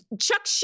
Chuck